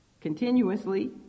continuously